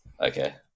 Okay